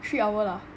three hour lah